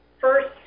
First